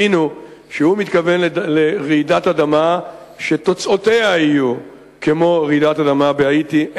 הבינו שהוא מתכוון לרעידת אדמה שתוצאותיה יהיו כמו רעידת האדמה בהאיטי.